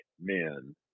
men